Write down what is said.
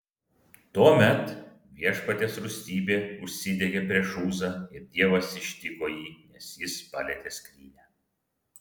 tuomet viešpaties rūstybė užsidegė prieš uzą ir dievas ištiko jį nes jis palietė skrynią